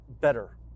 better